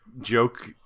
joke